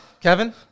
Kevin